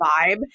vibe